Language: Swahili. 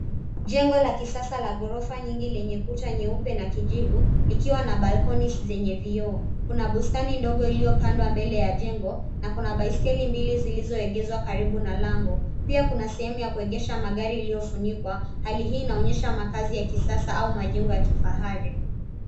Jengo la kisasa la ghorofa nyingi lenye kuta nyeupe na kijivu ikiwa na balconies zenye vioo. Kuna bustani ndogo iliyopandwa mbele ya jengo na kuna baiskeli mbili zilizoegezwa karibu na lango. Pia kuna sehemu ya kuegesha magari lililofunikwa, hali hii inaonyesha makaazi ya kisasa au majengo ya kifahari.